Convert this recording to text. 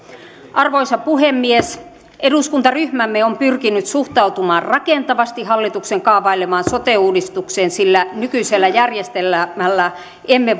arvoisa puhemies eduskuntaryhmämme on pyrkinyt suhtautumaan rakentavasti hallituksen kaavailemaan sote uudistukseen sillä nykyisellä järjestelmällä emme